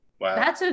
Wow